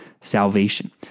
salvation